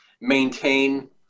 maintain